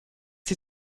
sie